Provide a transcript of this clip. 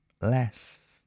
less